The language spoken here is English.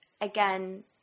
Again